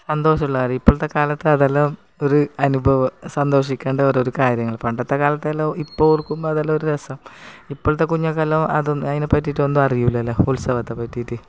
സന്തോഷമുള്ള കാര്യം ഇപ്പോഴത്തെ കാലത്ത് അതെല്ലാം ഒരു അനുഭവം സന്തോഷിക്കണ്ട ഓരോരോ കാര്യങ്ങൾ പണ്ടത്തെ കാലത്തെല്ലാം ഇപ്പോർക്കുമ്പം അതെല്ലാം ഒരു രസം ഇപ്പോഴത്തെ കുഞ്ഞുങ്ങൾക്കെല്ലാം അതിനെപ്പറ്റിയിട്ട് ഒന്നും അറിയില്ലല്ലോ ഉത്സവത്തെ പറ്റിയിട്ട്